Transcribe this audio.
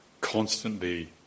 constantly